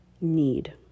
need